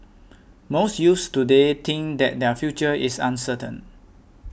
most youths today think that their future is uncertain